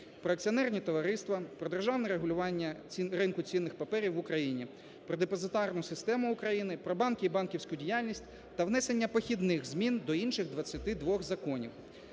"Про акціонерні товариства", "Про державне регулювання ринку цінних паперів в Україні", "Про депозитарну систему України", "Про банки і банківську діяльність" та внесення похідних змін до інших 22 законів.